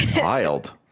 wild